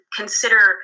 consider